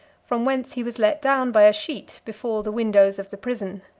from whence he was let down by a sheet before the windows of the prison.